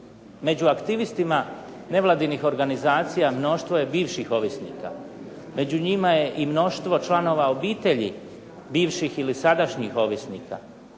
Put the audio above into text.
Među aktivistima nevladinih organizacija mnoštvo je bivših ovisnika, među njima je i mnoštvo članova obitelji bivših ili sadašnjih ovisnika.